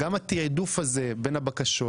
גם התיעדוף הזה בין הבקשות